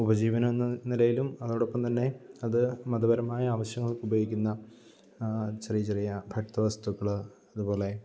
ഉപജീവനം എന്ന നിലയിലും അതോടൊപ്പം തന്നെ അത് മതപരമായ ആവശ്യങ്ങള്ക്ക് ഉപയോഗിക്കുന്ന ചെറിയ ചെറിയ ഭക്തവസ്തുക്കൾ അതുപോലെ